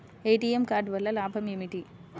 ATM card వల్ల లాభం ఏమిటి?